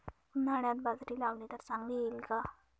उन्हाळ्यात बाजरी लावली तर चांगली येईल का?